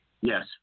Yes